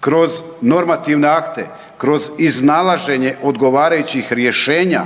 kroz normativne akte, kroz iznalaženje odgovarajućih rješenja